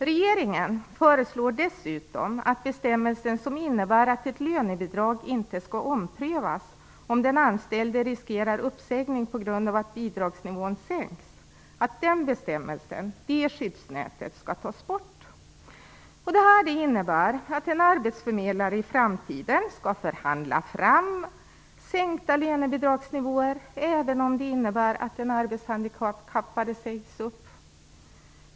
Regeringen föreslår dessutom att den bestämmelse, det skyddsnät, som innebär att ett lönebidrag inte skall omprövas om den anställde riskerar uppsägning på grund av att bidragsnivån sänks skall tas bort. Det är innebär att en arbetsförmedlare i framtiden skall förhandla fram sänkta lönebidragsnivåer även om det innebär att den arbetshandikappade sägs upp.